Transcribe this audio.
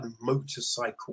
motorcycle